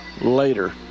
later